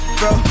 bro